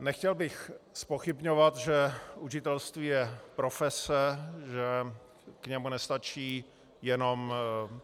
Nechtěl bych zpochybňovat, že učitelství je profese, že k němu nestačí jenom